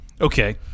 Okay